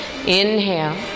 Inhale